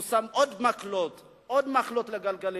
והוא שם עוד מקלות, עוד מקלות בגלגלים.